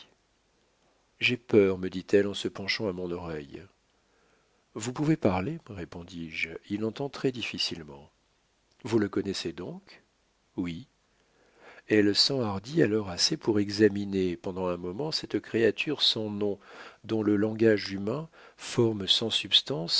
j'ai peur me dit-elle en se penchant à mon oreille vous pouvez parler répondis-je il entend très-difficilement vous le connaissez donc oui elle s'enhardit alors assez pour examiner pendant un moment cette créature sans nom dans le langage humain forme sans substance